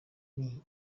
nti